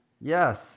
Yes